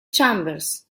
chambers